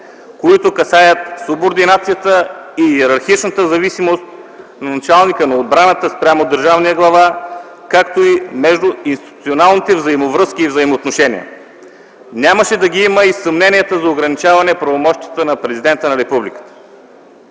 които касаят субординацията и йерархичната зависимост на началника на отбраната спрямо държавния глава, както и между институционалните взаимовръзки и взаимоотношения. Нямаше да ги има и съмненията за ограничаване правомощията на президента на Републиката.